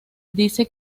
dice